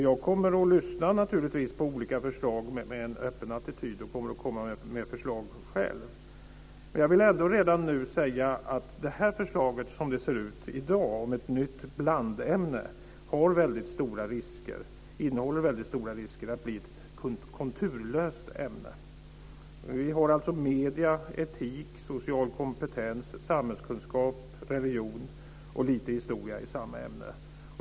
Jag kommer naturligtvis att lyssna på olika förslag med en öppen attityd och komma med förslag själv. Men jag vill ändå redan nu säga att med det här förslaget, som det ser ut i dag, om ett nytt blandämne löper ämnet en väldigt stor risk att bli ett konturlöst ämne. Vi har alltså medier, etik, social kompetens, samhällskunskap, religion och lite historia i samma ämne.